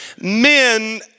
men